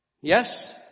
Yes